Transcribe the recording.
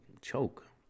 Choke